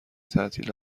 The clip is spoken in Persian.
تعطیل